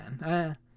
man